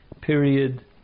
period